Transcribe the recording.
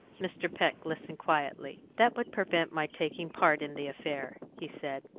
mr. peck listened quietly. that would prevent my taking part in the affair, he said,